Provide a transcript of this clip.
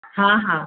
हा हा